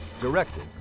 Directed